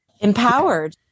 empowered